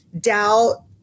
doubt